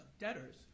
debtors